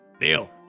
deal